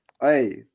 Hey